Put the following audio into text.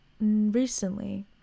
recently